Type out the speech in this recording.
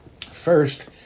First